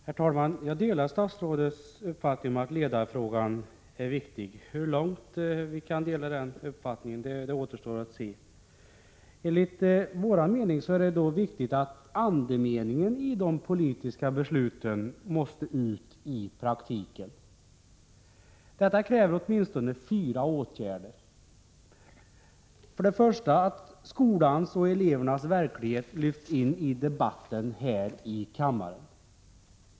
Herr talman! Jag delar statsrådets uppfattning om att ledarfrågan är viktig. Hur långt vi kan dela den uppfattningen återstår att se. Enligt vår mening är det då viktigt att andemeningen i de politiska besluten kommer ut i praktiken. Detta kräver åtminstone fyra åtgärder. För det första bör skolans och elevernas verklighet lyftas in i debatten här i kammaren.